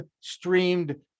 streamed